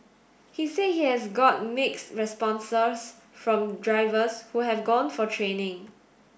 he said he has got mixed responses from drivers who have gone for training